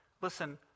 Listen